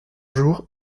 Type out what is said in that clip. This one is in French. jour